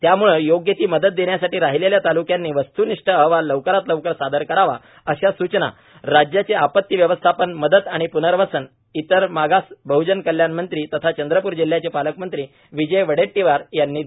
त्यामुळे योग्य ती मदत देण्यासाठी राहिलेल्या तालुक्यांनी वस्तूनिष्ठ अहवाल लवकरात लवकर सादर करावा अशा सूचना राज्याचे आपती व्यवस्थापन मदत आणि प्नर्वसन इतर मागास बहजन कल्याण मंत्री तथा चंद्रपूर जिल्ह्याचे पालकमंत्री विजय वडेट्टीवार यांनी दिल्यात